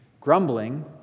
grumbling